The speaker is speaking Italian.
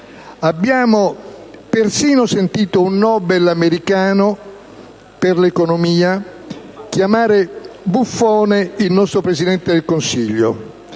Abbiamo persino sentito un Nobel americano per l'economia chiamare «buffone» il nostro Presidente del Consiglio